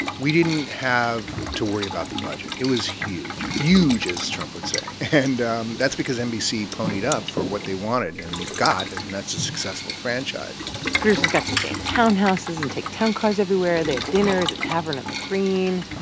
we didn't have to worry about the budget. it was huge yuge as trump would say. and um that's because nbc ponied up for what they wanted and they got, and and that's a successful franchise producers has got to stay in townhouses and take town cars everywhere. they had dinners at tavern on the green.